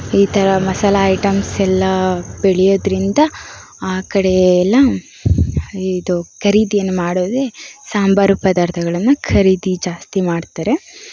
ಈ ಥರ ಮಸಾಲೆ ಐಟಮ್ಸ್ ಎಲ್ಲ ಬೆಳೆಯೋದ್ರಿಂದ ಆ ಕಡೆ ಎಲ್ಲ ಇದು ಖರೀದಿಯನ್ನು ಮಾಡೋದೇ ಸಾಂಬಾರು ಪದಾರ್ಥಗಳನ್ನು ಖರೀದಿ ಜಾಸ್ತಿ ಮಾಡ್ತಾರೆ